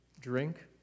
drink